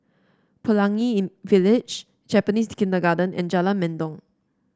Pelangi in Village Japanese Kindergarten and Jalan Mendong